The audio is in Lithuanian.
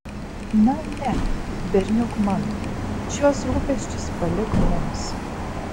na ne berniuk mano šiuos rūpesčius palik mums